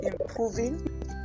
improving